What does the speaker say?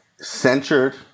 censured